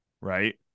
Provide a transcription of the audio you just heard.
right